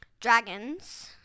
dragons